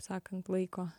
sakant laiko